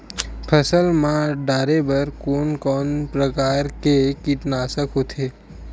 फसल मा डारेबर कोन कौन प्रकार के कीटनाशक होथे?